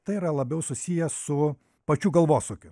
tai yra labiau susiję su pačiu galvosūkiu